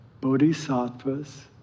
Bodhisattvas